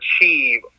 achieve